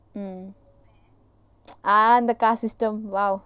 mm ah the caste system !wow!